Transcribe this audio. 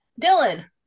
Dylan